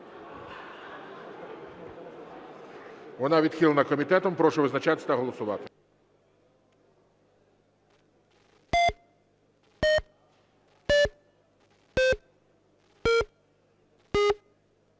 Вона відхилена комітетом. Прошу визначатись та голосувати.